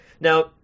Now